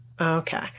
Okay